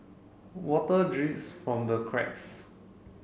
water drips from the cracks